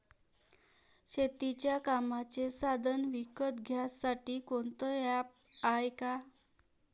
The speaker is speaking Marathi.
शेतीच्या कामाचे साधनं विकत घ्यासाठी कोनतं ॲप हाये का?